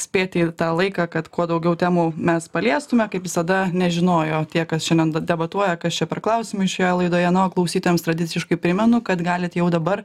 spėti į tą laiką kad kuo daugiau temų mes paliestume kaip visada nežinojo tie kas šiandien debatuoja kas čia per klausimai šioje laidoje na o klausytojams tradiciškai primenu kad galit jau dabar